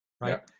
right